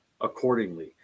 accordingly